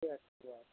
সে একশোবার